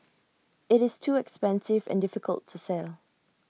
IT is too expensive and difficult to sell